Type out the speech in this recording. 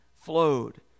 flowed